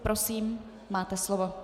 Prosím, máte slovo.